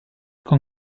con